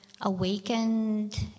awakened